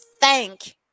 thank